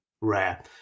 rare